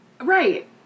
right